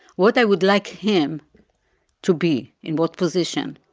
what i would like him to be in what position?